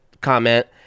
comment